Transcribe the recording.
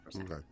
Okay